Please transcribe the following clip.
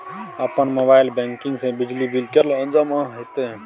अपन mobile banking से बिजली बिल केने जमा हेते?